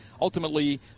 Ultimately